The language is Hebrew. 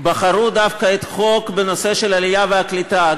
בחרו דווקא בחוק בנושא של העלייה והקליטה,